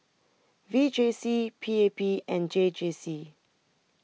V J C P A P and J J C